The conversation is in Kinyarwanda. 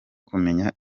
kumenya